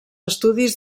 estudis